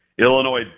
Illinois